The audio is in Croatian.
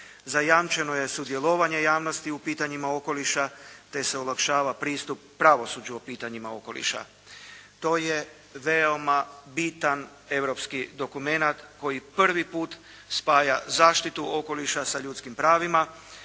zajamčeno je sudjelovanje javnosti u pitanjima okoliša, te se olakšava pristup pravosuđu o pitanjima okoliša. To je veoma bitan europski dokumenat koji prvi put spaja zaštitu okoliša sa ljudskim pravima,